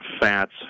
fats